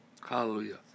Hallelujah